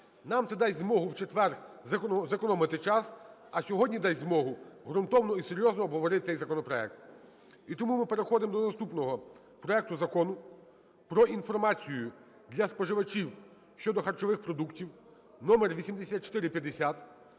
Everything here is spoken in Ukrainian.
Нам це дасть змогу в четвер зекономити час, а сьогодні дасть змогу ґрунтовно і серйозно обговорити цей законопроект. І тому ми переходимо до наступного проекту Закону про інформацію для споживачів щодо харчових продуктів (№8450).